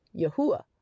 Yahuwah